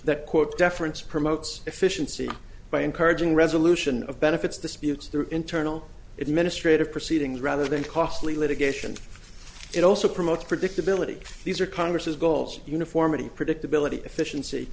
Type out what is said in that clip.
that quote deference promotes efficiency by encouraging resolution of benefits disputes through internal it ministre to proceedings rather than costly litigation it also promotes predictability these are congress's goals uniformity predictability efficiency